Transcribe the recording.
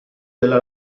della